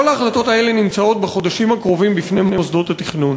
כל ההחלטות האלה נמצאות בחודשים הקרובים בפני מוסדות התכנון.